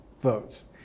votes